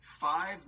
five